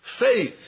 faith